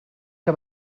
que